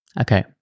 Okay